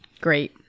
Great